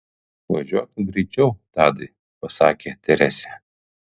važiuok greičiau tadai pasakė teresė